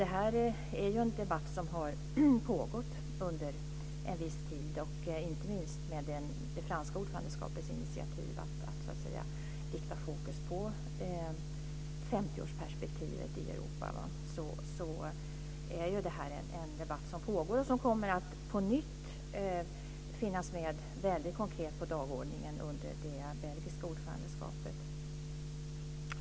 Den här debatten har pågått under en viss tid, inte minst när det gäller det franska ordförandeskapets initiativ att rikta fokus på 50 årsperspektivet i Europa. Denna debatt kommer på nytt väldigt konkret att finnas med på dagordningen under det belgiska ordförandeskapet.